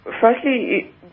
Firstly